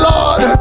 Lord